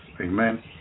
amen